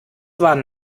waren